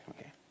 okay